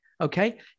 Okay